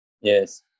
Yes